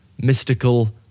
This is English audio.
mystical